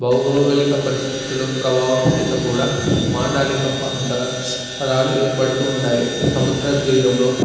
భౌగోళిక పరిస్థితులో ప్రభావం చేత కూడా మాండలిక పధ పదాలు ఏర్పడుతూ ఉంటాయి సముద్ర తీరంలో